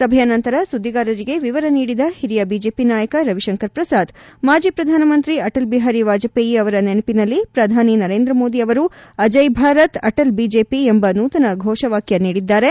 ಸಭೆಯ ನಂತರ ಸುದ್ದಿಗಾರರಿಗೆ ವಿವರ ನೀಡಿದ ಹಿರಿಯ ಬಿಜೆಪಿ ನಾಯಕ ರವಿತಂಕರ್ ಪ್ರಸಾದ್ ಮಾಜಿ ಪ್ರಧಾನಮಂತ್ರಿ ಅಟಲ್ ಬಿಹಾರಿ ವಾಪಪೇಯಿ ಅವರ ನೆನಪಿನಲ್ಲಿ ಪ್ರಧಾನಿ ನರೇಂದ್ರ ಮೋದಿ ಅವರು ಅಜಯ್ ಭಾರತ್ ಅಟಲ್ ಬಿಜೆಪಿ ಎಂಬ ನೂತನ ಫೋಷ ವಾಕ್ಲ ನೀಡಿದ್ದಾರೆ